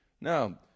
Now